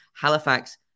Halifax